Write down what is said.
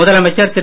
முதலமைச்சர் திரு